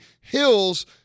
hills